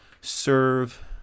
serve